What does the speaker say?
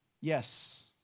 Yes